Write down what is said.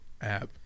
app